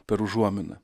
per užuominą